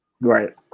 Right